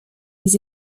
des